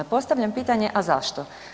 Postavljam pitanje, a zašto?